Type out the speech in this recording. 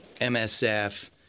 MSF